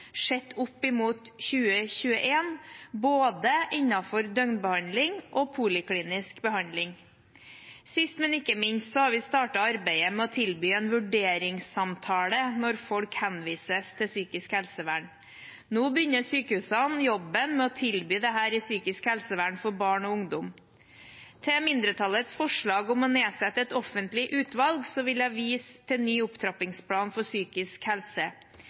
sett opp mot 2021 innenfor både døgnbehandling og poliklinisk behandling. Sist, men ikke minst, har vi startet arbeidet med å tilby en vurderingssamtale når folk henvises til psykisk helsevern. Nå begynner sykehusene jobben med å tilby dette i psykisk helsevern for barn og ungdom. Til mindretallets forslag om å nedsette et offentlig utvalg vil jeg vise til ny opptrappingsplan for psykisk helse.